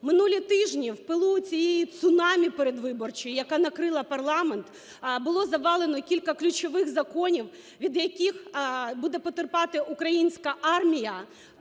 Минулі тижні, в пилу цієї цунамі передвиборчої, яка накрила парламент, було завалено кілька ключових законів, від яких буде потерпати українська армія,